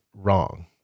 wrong